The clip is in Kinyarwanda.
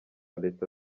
leta